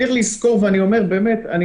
צריך לזכור שגם